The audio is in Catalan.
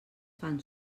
fan